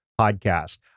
podcast